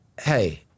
Hey